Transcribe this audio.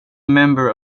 member